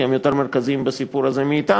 כי הם יותר מרכזיים בסיפור הזה מאתנו,